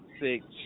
six